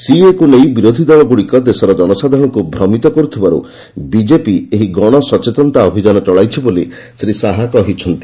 ସିଏଏକ୍ ନେଇ ବିରୋଧ ଦଳଗ୍ରଡିକ ଦେଶର ଜନସାଧାରଣଙ୍କୁ ଭ୍ରମିତ କରୁଥିବାରୁ ବିଜେପି ଏହି ଗଣ ସଚେତନତା ଅଭିଯାନ ଚଳାଇଛି ବୋଲି ଶ୍ରୀ ଶାହା କହିଛନ୍ତି